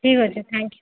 ଠିକ୍ ଅଛି thank you